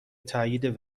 تایید